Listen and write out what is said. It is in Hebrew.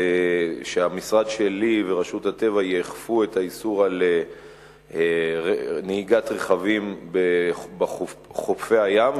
שהמשרד שלי ורשות הטבע יאכפו את האיסור לנהוג ברכבים בחופי הים,